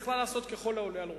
והיא יכלה לעשות ככל העולה על רוחה.